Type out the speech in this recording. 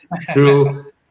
True